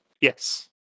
Yes